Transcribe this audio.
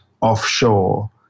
offshore